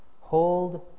Hold